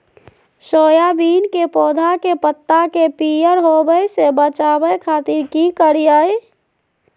Soybean के पौधा के पत्ता के पियर होबे से बचावे खातिर की करिअई?